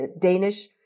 Danish